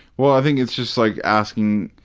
well, i think it's just, like, asking